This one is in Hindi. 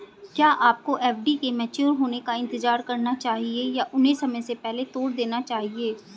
क्या आपको एफ.डी के मैच्योर होने का इंतज़ार करना चाहिए या उन्हें समय से पहले तोड़ देना चाहिए?